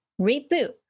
reboot